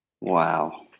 Wow